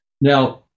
Now